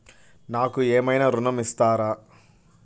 నాకు ఏమైనా ఋణం ఇస్తారా?